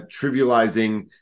trivializing